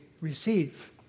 receive